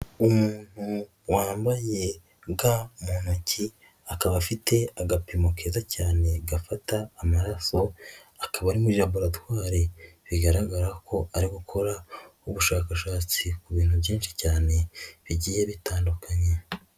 Umuntu wambaye ga mu ntoki akaba afite agapimo keza cyane gafata amaraso akaba ari muri laboratwari bigaragara ko ari gukora ubushakashatsi ku bintu byinshi cyane bigiye bitandukanye.